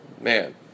Man